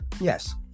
Yes